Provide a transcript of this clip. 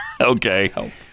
Okay